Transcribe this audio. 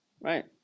right